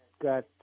got